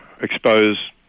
expose